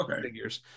figures